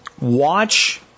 watch